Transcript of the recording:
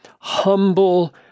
humble